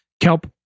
kelp